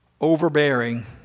overbearing